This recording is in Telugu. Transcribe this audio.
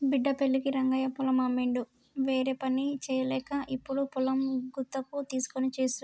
బిడ్డ పెళ్ళికి రంగయ్య పొలం అమ్మిండు వేరేపని చేయలేక ఇప్పుడు పొలం గుత్తకు తీస్కొని చేస్తుండు